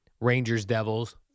Rangers-Devils